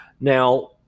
now